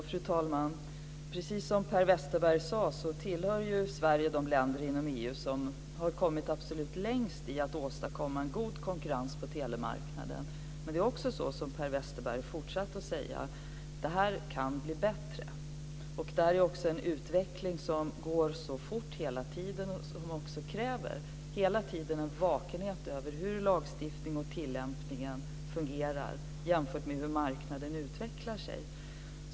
Fru talman! Precis som Per Westerberg sade tillhör Sverige de länder inom EU som har kommit absolut längst i att åstadkomma en god konkurrens på telemarknaden. Men det är också så, som Per Westerberg fortsatte med att säga, att det kan bli bättre. Det är en utveckling som går fort och som också hela tiden kräver en vakenhet när det gäller hur tillämpningen av lagstiftningen fungerar och hur marknaden utvecklar sig.